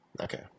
Okay